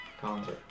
counter